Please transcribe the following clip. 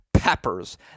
Peppers